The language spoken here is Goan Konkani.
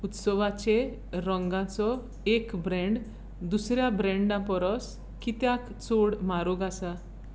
उत्सवाचे रंगांचो एक ब्रँड दुसऱ्या ब्रँड दुसऱ्या ब्रँडा परोस कित्याक चड म्हारग आसा